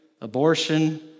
abortion